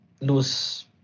lose